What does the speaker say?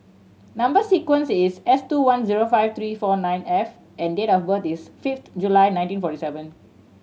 number sequence is S two one zero five three four nine F and date of birth is fifth July nineteen forty seven